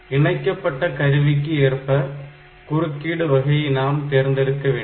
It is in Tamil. இணைக்கப்பட்ட கருவிக்கு ஏற்ப குறுக்கீட்டு வகையை நாம் தேர்ந்தெடுக்க வேண்டும்